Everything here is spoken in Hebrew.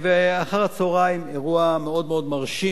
ואחר הצהריים אירוע מאוד מאוד מרשים